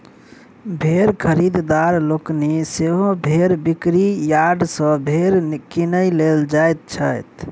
भेंड़ खरीददार लोकनि सेहो भेंड़ बिक्री यार्ड सॅ भेंड़ किनय लेल जाइत छथि